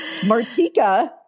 Martika